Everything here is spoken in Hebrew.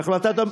אדוני,